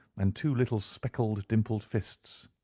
and two little speckled, dimpled fists.